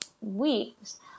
weeks